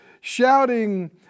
shouting